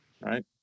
right